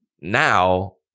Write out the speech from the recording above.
Now